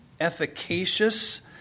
efficacious